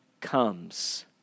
comes